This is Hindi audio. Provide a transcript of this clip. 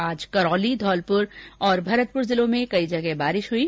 आज करौली धौलपुर भरतपुर जिलों में कई जगह बारिश हई